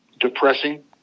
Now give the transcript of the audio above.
depressing